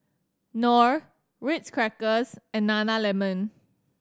Knorr Ritz Crackers and Nana Lemon